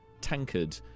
tankard